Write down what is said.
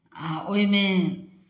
आ ओहिमे